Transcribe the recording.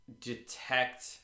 detect